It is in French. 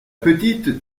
petite